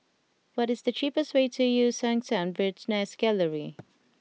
what is the cheapest way to Eu Yan Sang Bird's Nest Gallery